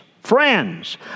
Friends